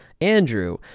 Andrew